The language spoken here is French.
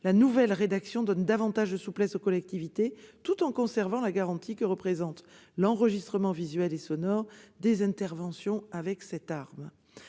La nouvelle rédaction donne davantage de souplesse aux collectivités, tout en conservant la garantie de l'enregistrement visuel et sonore des interventions. Désormais,